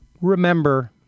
Remember